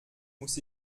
muss